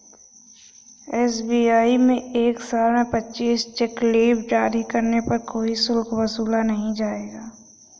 SBI में एक साल में पच्चीस चेक लीव जारी करने पर कोई शुल्क नहीं वसूला जाएगा